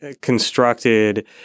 constructed